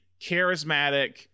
charismatic